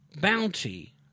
bounty